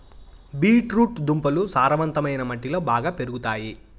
beet root దుంపలు సారవంతమైన మట్టిలో బాగా పెరుగుతాయి